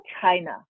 China